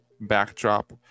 backdrop